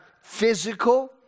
physical